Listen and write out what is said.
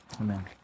Amen